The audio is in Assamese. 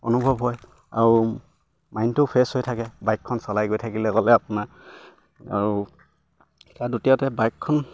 অনুভৱ হয় আৰু মাইণ্ডটো ফ্ৰেছ হৈ থাকে বাইকখন চলাই গৈ থাকিলে গ'লে আপোনাৰ আৰু তাৰ দ্বিতীয়তে বাইকখন